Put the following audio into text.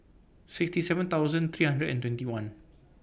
sixty seven thousand three hundred and twenty one